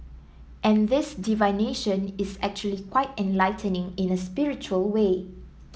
and this divination is actually quite enlightening in a spiritual way